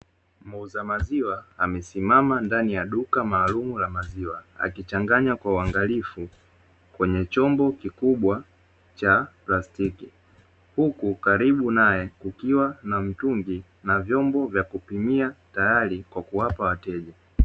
Muuza maziwa amesimama ndani ya duka maalumu la maziwa akichanganya kwa uangalifu kwenye chombo kikubwa cha plastiki, huku karibu naye kukiwa na mtungi na vyombo vya kupimia tayari kwa kuwapa wateja